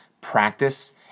practice